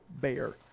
bear